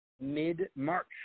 mid-March